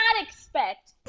expect